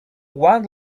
one